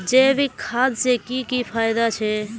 जैविक खाद से की की फायदा छे?